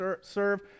serve